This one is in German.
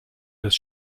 des